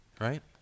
right